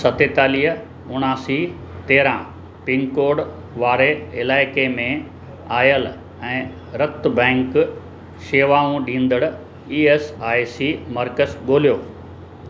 सतेतालीह उणासी तेरहं पिनकोड वारे इलाइक़े में आयलु ऐं रतु बैंक शेवाऊं ॾींदड़ ई एस आई सी मर्कज़ ॻोल्हियो